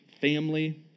family